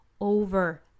over